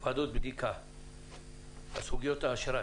ועדות בדיקה בסוגיות האשראי.